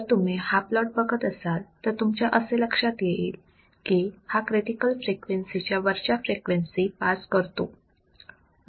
जर तुम्ही हा प्लॉट बघत असाल तर तुमच्या असे लक्षात येईल की हा क्रिटिकल फ्रिक्वेन्सी च्या वरच्या फ्रिक्वेन्सी पास करतो